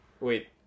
Wait